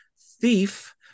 thief